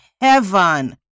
heaven